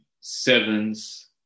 sevens